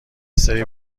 سری